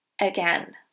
Again